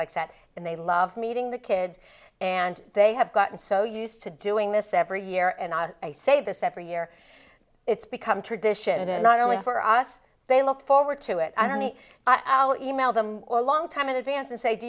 likes that and they love meeting the kids and they have gotten so used to doing this every year and i say this every year it's become tradition it is not only for us they look forward to it i don't need i'll email them a long time in advance and say do